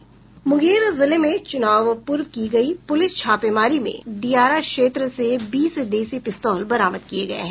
मुंगेर जिले में चुनाव पूर्व की गयी पुलिस छापेमारी में दियारा क्षेत्र से बीस देसी पिस्तौल बरामद किये गये हैं